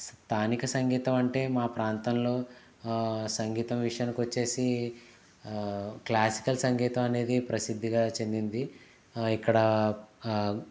స్థానిక సంగీతం అంటే మా ప్రాంతంలో సంగీతం విషయానికొచ్చేసి క్లాసికల్ సంగీతం అనేది ప్రసిద్ధిగా చెందింది ఇక్కడ